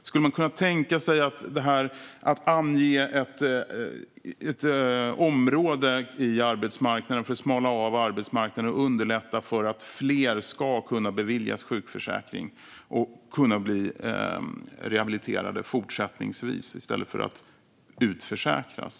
Skulle man kunna tänka sig att ange ett område på arbetsmarknaden för att smala av arbetsmarknaden och underlätta för att fler ska kunna beviljas sjukförsäkring och bli rehabiliterade fortsättningsvis i stället för att utförsäkras?